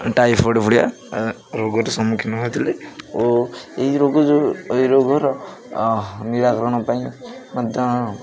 typhoid ଭଳିଆ ରୋଗର ସମ୍ମୁଖୀନ ହୋଇଥିଲି ଓ ଏହି ରୋଗ ଯୋଉ ଏହି ରୋଗର ନିରାକରଣ ପାଇଁ ମଧ୍ୟ